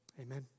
Amen